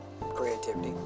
creativity